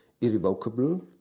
irrevocable